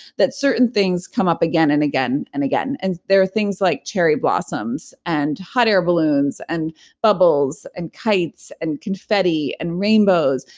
that certain things come up again and again and again. and there are things like cherry blossoms and hot air balloons and bubbles and kites and confetti and rainbows.